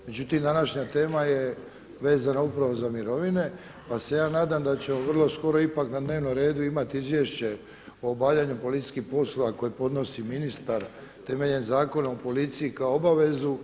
Međutim, današnja tema je vezana upravo za mirovine pa se ja nadam da ćemo vrlo skoro ipak na dnevnom redu imati izvješće o obavljanju policijskih poslova koje podnosi ministra temeljem Zakona o policiji kao obavezu.